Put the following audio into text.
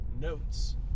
notes